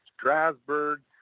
Strasburg